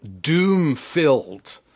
doom-filled